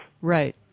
Right